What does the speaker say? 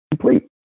complete